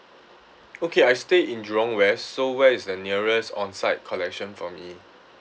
okay I stay in jurong west so where is the nearest on site collection for me